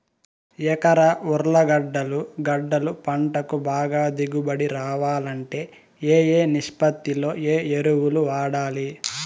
ఎకరా ఉర్లగడ్డలు గడ్డలు పంటకు బాగా దిగుబడి రావాలంటే ఏ ఏ నిష్పత్తిలో ఏ ఎరువులు వాడాలి?